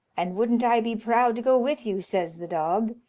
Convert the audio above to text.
and wouldn't i be proud to go with you! says the dog,